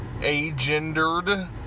agendered